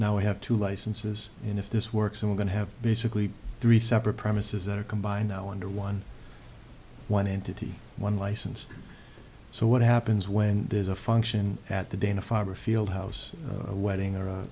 now we have two licenses and if this works i'm going to have basically three separate premises that are combined now under one one entity one license so what happens when there's a function at the dana farber field house a wedding or a